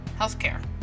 healthcare